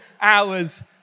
hours